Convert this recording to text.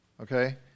Okay